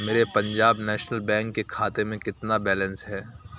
میرے Punjab national bank کے کھاتے میں کتنا بیلنس ہے